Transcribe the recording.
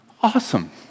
awesome